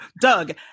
Doug